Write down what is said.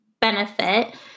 benefit